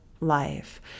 life